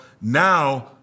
now